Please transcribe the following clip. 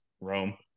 Rome